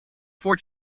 four